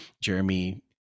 Jeremy